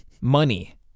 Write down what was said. money